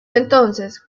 entonces